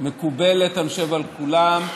מקובלת, אני חושב, על כולם.